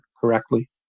correctly